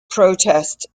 protest